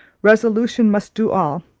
resolution must do all,